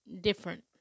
different